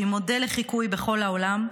שהיא מודל לחיקוי בכל העולם,